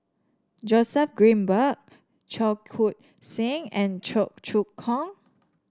Joseph Grimberg Cheong Koon Seng and Cheong Choong Kong